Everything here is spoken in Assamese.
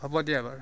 হ'ব দিয়া বাৰু